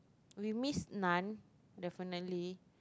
we missed none definitely